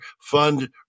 fund